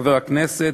חבר הכנסת,